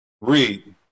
Read